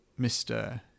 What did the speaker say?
Mr